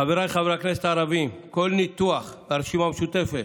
חבריי חברי הכנסת הערבים ברשימה המשותפת,